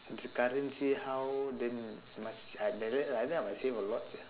it's the currency how then must like that like that I must save a lot sia